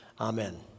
Amen